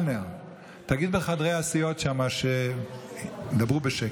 תגיד בחדרי הסיעות שם שידברו בשקט.